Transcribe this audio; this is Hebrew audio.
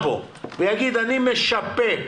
אני הולכת.